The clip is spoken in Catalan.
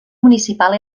municipal